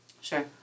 Sure